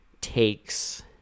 takes